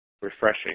refreshing